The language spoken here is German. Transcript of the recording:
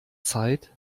zeit